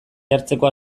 jartzeko